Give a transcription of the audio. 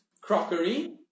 crockery